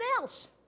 else